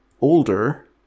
older